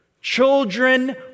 Children